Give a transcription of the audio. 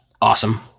awesome